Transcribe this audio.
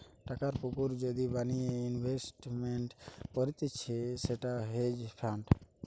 টাকার পুকুর যদি বানিয়ে ইনভেস্টমেন্ট করতিছে সেটা হেজ ফান্ড